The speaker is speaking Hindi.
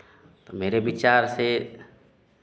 तो मेरे विचार से